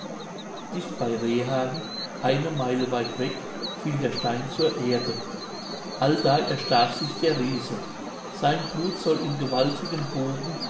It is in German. dicht bei rehhagen eine meile weit weg fiel der stein zur erde allda erstach sich der riese sein blut soll in gewaltigen bogen